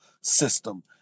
system